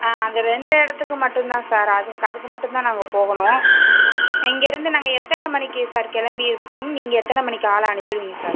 ஆ அந்த ரெண்டு இடத்துக்கு மட்டும் தான் சார் அதுக்கு அதுக்கு மட்டும் தான் நாங்கள் போகணும் இங்கேயிருந்து நாங்கள் எத்தனை மணிக்கு சார் கிளம்பி இருக்கணும் நீங்கள் எத்தனை மணிக்கு ஆளை அனுப்புவீங்க சார்